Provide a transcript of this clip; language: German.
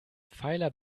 pfeiler